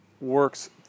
works